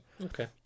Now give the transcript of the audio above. Okay